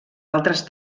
altres